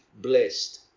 blessed